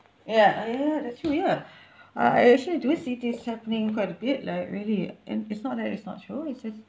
ya oh ya that's true ya uh I actually do see this happening quite a bit like really it it's not that it's not true it's just